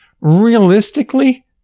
realistically